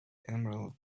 emerald